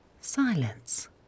Silence